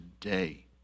today